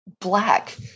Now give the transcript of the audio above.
black